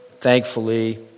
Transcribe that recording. thankfully